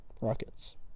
Rockets